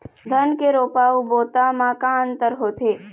धन के रोपा अऊ बोता म का अंतर होथे?